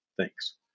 Thanks